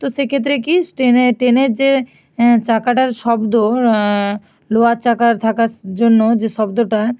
তো সেক্ষেত্রে কী ট্রেনের ট্রেনের যে চাকাটার শব্দ লোহার চাকার থাকার স্ জন্য যে শব্দটা